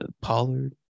Pollard